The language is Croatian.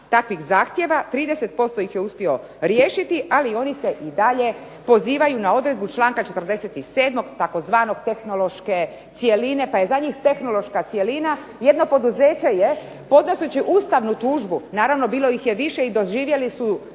takvih zahtjeva, 30% ih je uspio riješiti, ali oni se i dalje pozivaju na odredbu članka 47. tzv. tehnološke cjeline. Pa je za njih tehnološka cjelina jedno poduzeće je podnoseći ustavnu tužbu, naravno bilo ih je više i doživjeli su